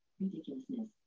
Ridiculousness